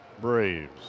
Braves